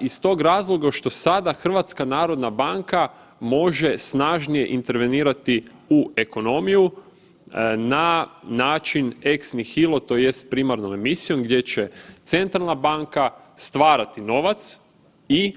Iz tog razloga što sada HNB može snažnije intervenirati u ekonomiju na način ex nihilo, tj. primarnom emisijom gdje će centralna banka stvarati novac i